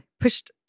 pushed